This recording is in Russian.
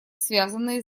связанные